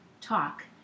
talk